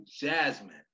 Jasmine